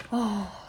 oh